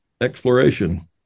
exploration